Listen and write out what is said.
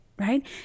right